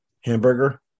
hamburger